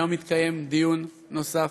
היום התקיים דיון נוסף